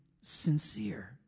sincere